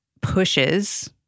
pushes